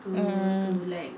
mm